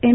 એમ